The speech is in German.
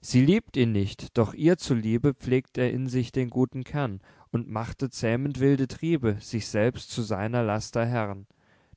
sie liebt ihn nicht doch ihr zu liebe pflegt er in sich den guten kern und machte zähmend wilde triebe sich selbst zu seiner laster herrn